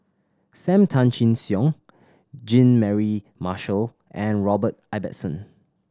Sam Tan Chin Siong Jean Mary Marshall and Robert Ibbetson